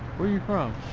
where are you from?